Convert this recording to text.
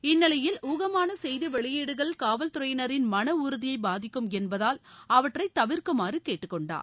இந்நிலையில் ஊகமான செய்தி வெளியீடுகள் காவல்துறையினின் மள உறுதியை பாதிக்கும் என்பதால் அவற்றை தவிர்க்குமாறு கேட்டுக்கொண்டார்